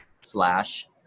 slash